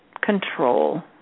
control